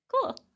Cool